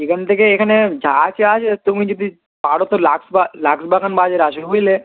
এখান থেকে এখানে যা আছে আছে তুমি যদি পারো তো লাক্স বা লাক্সবাগান বাজারে আসবে বুঝলে